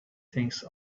things